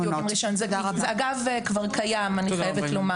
תודה רבה.